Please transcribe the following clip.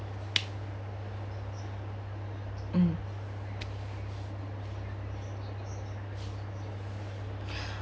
mm